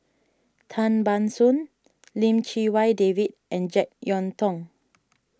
Tan Ban Soon Lim Chee Wai David and Jek Yeun Thong